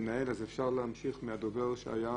כן,